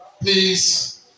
Please